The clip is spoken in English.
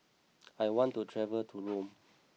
I want to travel to Rome